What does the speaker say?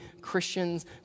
Christians